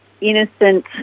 innocent